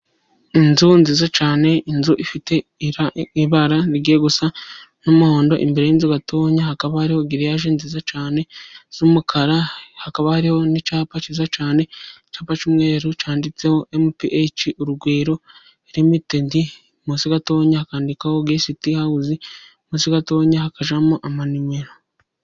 Inzu nziza cyane, inzu ifite ibara rigiye gusa n'umuhondo, imbere y'inzu gatoya hakaba hariho giriyaje nziza cyane z'umukara, hakaba hariho n'icyapa kiza cyane, icyapa cy'umweru cyanditseho emupiheci urugwiro limitedi, munsi gatoya hakandikaho gesiti hawuzi, munsi gatoya hakajyamo nimero.